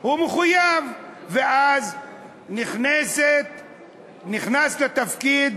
הוא מחויב, ואז נכנס לתפקיד